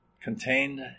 contained